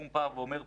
אני לא הולך